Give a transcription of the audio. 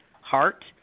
heart